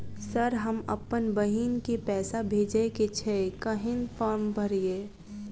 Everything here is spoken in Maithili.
सर हम अप्पन बहिन केँ पैसा भेजय केँ छै कहैन फार्म भरीय?